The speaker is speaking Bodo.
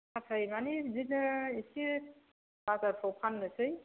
माने बेदिनो एसे बाजारफ्राव फाननोसै